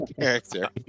character